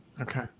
Okay